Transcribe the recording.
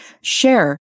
share